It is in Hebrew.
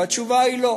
והתשובה היא לא.